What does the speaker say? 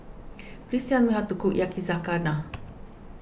please tell me how to cook Yakizakana